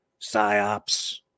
psyops